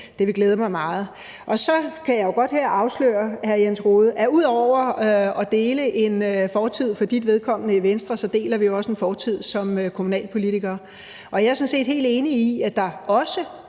Det ville glæde mig meget. Og så kan jeg jo godt afsløre her, hr. Jens Rohde, at ud over at dele en fortid i Venstre, så deler vi også en fortid som kommunalpolitikere. Og jeg er sådan set helt enig i, at der også